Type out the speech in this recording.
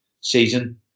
season